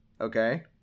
Okay